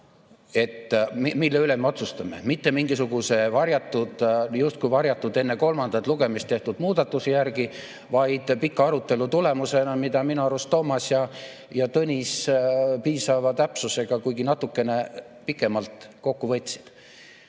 mille üle me otsustame. Mitte mingisuguse justkui varjatud enne kolmandat lugemist tehtud muudatuse järgi, vaid pika arutelu tulemusena, mida minu arust Toomas ja Tõnis piisava täpsusega, kuigi natukene pikemalt kokku võtsid. Nii